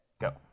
go